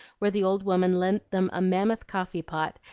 where the old woman lent them a mammoth coffee-pot,